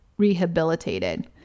rehabilitated